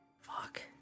Fuck